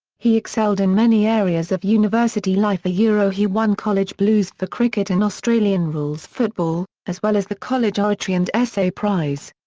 he excelled in many areas of university life yeah he won college blues for cricket and australian rules football, as well as the college oratory and essay prize.